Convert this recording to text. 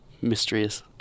mysterious